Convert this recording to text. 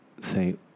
say